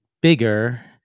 bigger